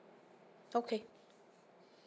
okay